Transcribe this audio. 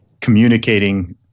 communicating